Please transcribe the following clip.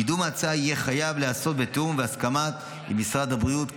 קידום ההצעה יהיה חייב להיעשות בתיאום והסכמה עם משרד הבריאות,